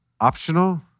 optional